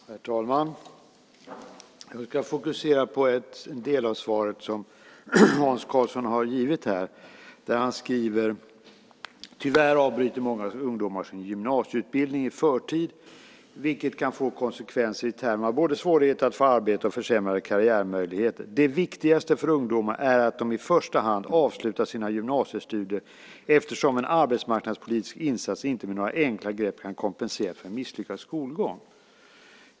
Herr talman! Jag ska fokusera på en del av svaret som Hans Karlsson gav. Han sade: "Tyvärr avbryter många ungdomar sin gymnasieutbildning i förtid, vilket kan få långsiktiga konsekvenser i termer av både svårigheter att få arbete och försämrade karriärmöjligheter. Det viktigaste för ungdomar är att de i första hand avslutar sin gymnasieutbildning eftersom en arbetsmarknadspolitisk insats inte med några enkla grepp kan kompensera för en misslyckad skolgång."